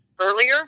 earlier